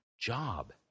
job